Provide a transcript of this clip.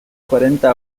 cuarenta